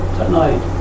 tonight